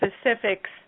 specifics